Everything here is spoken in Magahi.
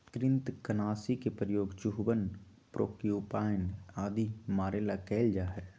कृन्तकनाशी के प्रयोग चूहवन प्रोक्यूपाइन आदि के मारे ला कइल जा हई